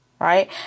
Right